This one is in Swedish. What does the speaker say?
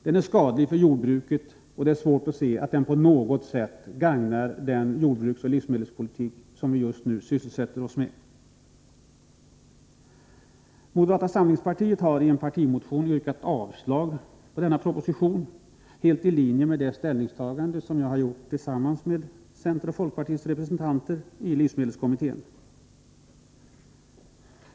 Den är skadlig för jordbruket, och det är svårt att se att den på något sätt gagnar den jordbruksoch livsmedelspolitik som vi just nu sysselsätter oss med. Moderata samlingspartiet har i en partimotion yrkat avslag på den här aktuella propositonen, helt i linje med det ställningstagande som jag tillsammans med centerns och folkpartiets representanter har gjort i livsmedelskommittén.